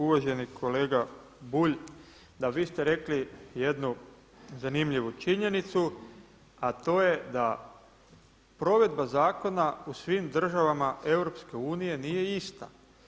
Uvaženi kolega Bulj, da vi ste rekli jednu zanimljivu činjenicu, a to je da provedba zakona u svim državama EU nije ista.